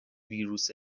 ویروس